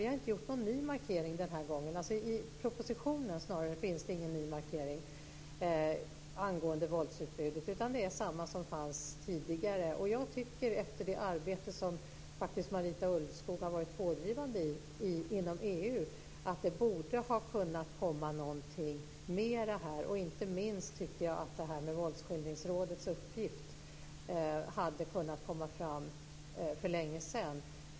Vi har inte gjort någon ny markering den här gången. I propositionen finns det ingen ny markering angående våldsutbudet, utan det är samma som fanns tidigare. Efter det arbete som Marita Ulvskog har varit pådrivande i inom EU tycker jag att det borde ha kunnat komma någonting mera här. Inte minst tycker jag att det här med Våldsskildringsrådets uppgift hade kunnat komma fram för länge sedan.